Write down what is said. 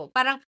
Parang